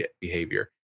behavior